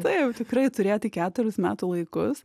taip tikrai turėjo tik keturis metų laikus